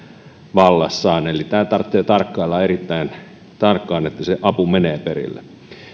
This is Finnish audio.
vallassaan eli tarvitsee tarkkailla erittäin tarkkaan että se apu menee perille